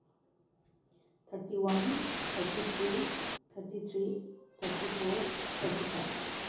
thirty one thirty two thirty three thirty four thirty five